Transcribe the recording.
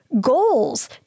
goals